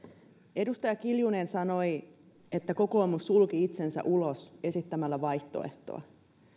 edustaja kiljunen sanoi että kokoomus sulki itsensä ulos esittämällä vaihtoehtoa